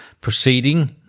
proceeding